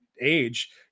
age